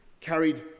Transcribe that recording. carried